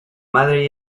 madre